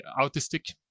autistic